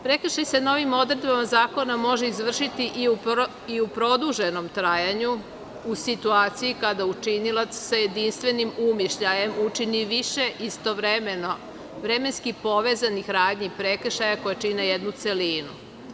Prekršaj se novim odredbama zakona može izvršiti i u produženom trajanju u situaciji kada učinilac sa jedinstvenim umišljajem učini više istovremeno vremenski povezanih radnji prekršaja koji čine jednu celinu.